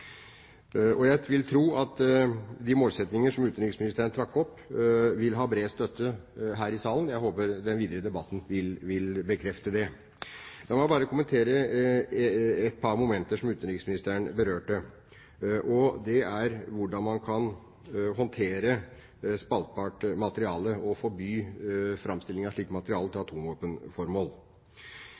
Jeg vil tro at de målsettinger som utenriksministeren trakk opp, vil ha bred støtte her i salen. Jeg håper den videre debatten vil bekrefte det. La meg bare kommentere et par momenter som utenriksministeren berørte, om hvordan man kan håndtere spaltbart materiale og forby framstilling av slikt materiale til atomvåpenformål.